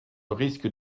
risque